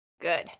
Good